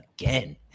again